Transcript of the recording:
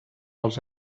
els